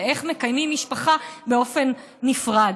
ואיך מקיימים משפחה באופן נפרד.